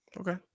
Okay